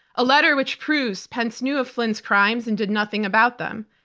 a letter which proves pence knew of flynn's crimes and did nothing about them.